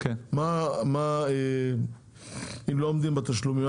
מה קורה אם לא עומדים בתשלומים?